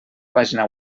pàgina